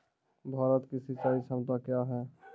भारत की सिंचाई क्षमता क्या हैं?